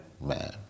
man